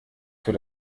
für